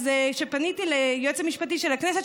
כשפניתי ליועץ המשפטי של הכנסת,